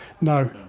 No